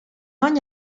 ogni